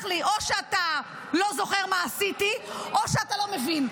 לי או שאתה לא זוכר מה עשיתי או שאתה לא מבין.